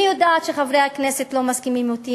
אני יודעת שחברי הכנסת לא מסכימים אתי.